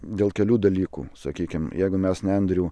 dėl kelių dalykų sakykime jeigu mes nendrių